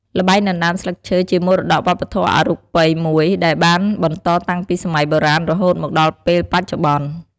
ល្បែងដណ្ដើមស្លឹកឈើជាមរតកវប្បធម៌អរូបីមួយ ដែលបានបន្តតាំងពីសម័យបុរាណរហូតមកដល់ពេលបច្ចុប្បន្ន។